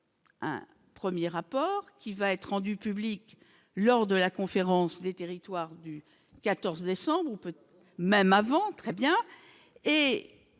Un 1er rapport qui va être rendue publique lors de la conférence des territoires du 14 décembre on peut même avant très bien et